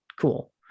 cool